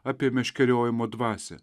apie meškeriojimo dvasią